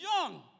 young